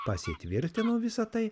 pasitvirtino visa tai